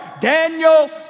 Daniel